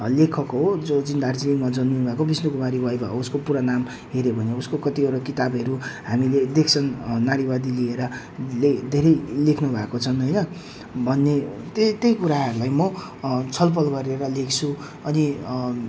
लेखक हो जो चाहिँ दार्जिलिङमा जन्मनु भएको विष्णु कुमारी वाइबा हो उसको पुरा नाम हेर्यौँ भने उसको कतिवटा किताबहरू हामीले देख्छौँ नारीवादी लिएर धेरै लेख्नु भएका छन् होइन भन्ने त्यही त्यही कुराहरूलाई म छलफल गरेर लेख्छु अनि